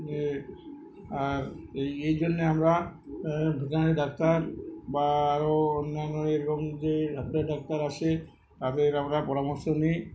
যে আর এই এই জন্যে আমরা ভেটেরেনারি ডাক্তার বা আরও অন্যান্য এরকম যে ডাক্তার আসে তাদের আমরা পরামর্শ নিই